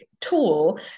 tool